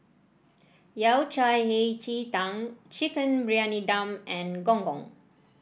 Yao Cai Hei Ji Tang Chicken Briyani Dum and Gong Gong